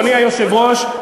אדוני היושב-ראש,